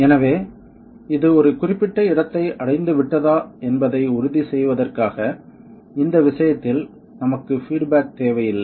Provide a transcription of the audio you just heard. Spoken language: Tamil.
எனவே இது ஒரு குறிப்பிட்ட இடத்தை அடைந்துவிட்டதா என்பதை உறுதி செய்வதற்காக இந்த விஷயத்தில் நமக்கு பீட் பேக் தேவையில்லை